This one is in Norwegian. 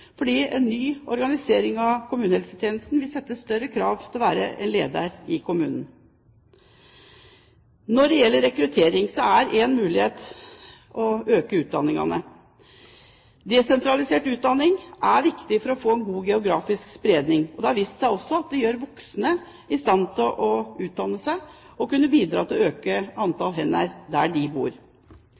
fordi ny organisering av kommunehelsetjenesten vil sette større krav til det å være leder i kommunen. Når det gjelder rekruttering, er det en mulighet å øke utdanningstilbudet. Desentralisert utdanning er viktig for å få en god geografisk spredning, og det gjør voksne i stand til å utdanne seg og dermed bidra til å øke antall hender der man bor.